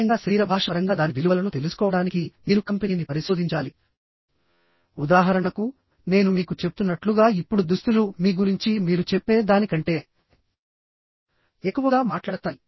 ముఖ్యంగా శరీర భాష పరంగా దాని విలువలను తెలుసుకోవడానికి మీరు కంపెనీని పరిశోధించాలి ఉదాహరణకు నేను మీకు చెప్తున్నట్లుగా ఇప్పుడు దుస్తులు మీ గురించి మీరు చెప్పే దానికంటే ఎక్కువగా మాట్లాడతాయి